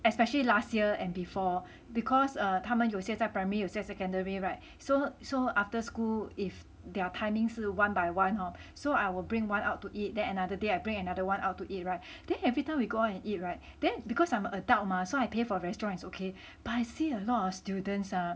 especially last year and before because err 他们有些在 primary 有些 secondary [right] so so after school if their timing 是 one by one hor so I will bring one out to eat that another day I bring another one out to eat [right] then everytime we go and eat [right] then because I'm a adult mah so I pay for restaurants it's okay but I see a lot of students ah